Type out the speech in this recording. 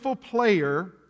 player